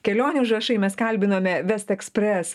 kelionių užrašai mes kalbinome vest ekspres